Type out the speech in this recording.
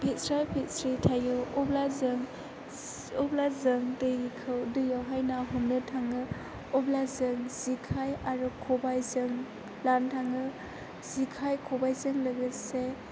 फेस्राय फेस्रि थायो अब्ला जों दैयावहाय ना हमनो थाङो अब्ला जों जेखाय आरो खबायजों लानो थाङ जेखाय खबा जों लोगोसे